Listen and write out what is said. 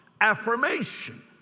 affirmation